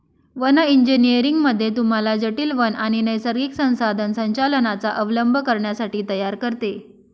one engineering मध्ये तुम्हाला जटील वन आणि नैसर्गिक संसाधन संचालनाचा अवलंब करण्यासाठी तयार करते